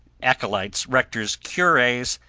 acolytes, rectors, cures,